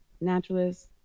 Naturalist